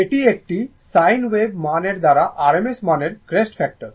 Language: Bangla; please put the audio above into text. এটি একটি সাইন ওয়েভ মান এর দ্বারা RMS মানের ক্রেস্ট ফ্যাক্টর